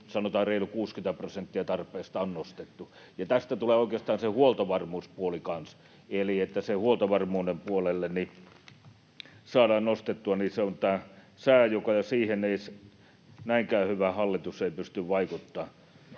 sanotaan reilu 60 prosenttia tarpeesta on nostettu. Tästä tulee oikeastaan se huoltovarmuuspuoli kanssa, eli jotta se huoltovarmuuden puolelle saadaan nostettua, niin se on tämä sää, johon ei näinkään hyvä hallitus pysty vaikuttamaan.